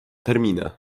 terminy